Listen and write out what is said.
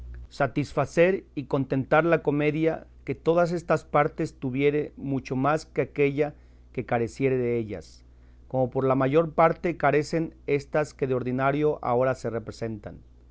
satisfacer y contentar la comedia que todas estas partes tuviere mucho más que aquella que careciere dellas como por la mayor parte carecen estas que de ordinario agora se representan